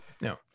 No